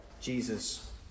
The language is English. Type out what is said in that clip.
Jesus